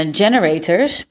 generators